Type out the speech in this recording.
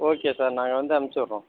okay sir நாங்கள் வந்து அனுப்ச்சிடுறோம்